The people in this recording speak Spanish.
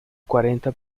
cuarenta